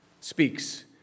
speaks